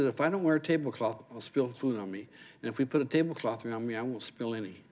that if i don't wear tablecloth spilt food on me and if we put a table cloth around me i won't spill any